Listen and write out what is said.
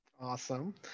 Awesome